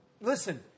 Listen